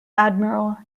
admiral